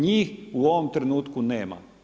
Njih u ovom trenutku nema.